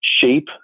shape